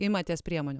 imatės priemonių